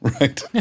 right